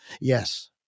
Yes